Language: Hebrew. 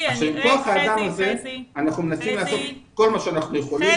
עם כוח האדם הזה אנחנו מנסים לעשות כל מה שאנחנו יכולים